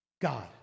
God